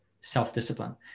self-discipline